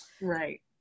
right